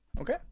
Okay